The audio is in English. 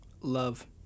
Love